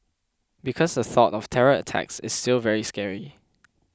because the thought of terror attacks is still very scary